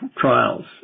trials